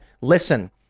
listen